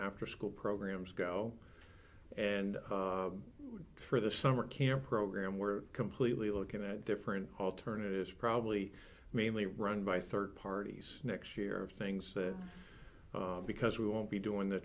afterschool programs go and for the summer camp program we're completely looking at different alternatives probably mainly run by third parties next year of things because we won't be doing the